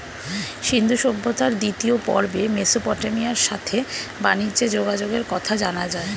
সিন্ধু সভ্যতার দ্বিতীয় পর্বে মেসোপটেমিয়ার সাথে বানিজ্যে যোগাযোগের কথা জানা যায়